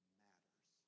matters